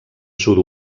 sud